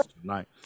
tonight